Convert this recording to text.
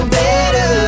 better